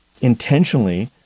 intentionally